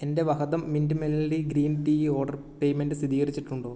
എന്റെ വാഹദം mint melody green tea order payment സ്ഥിരീകരിച്ചിട്ടുണ്ടോ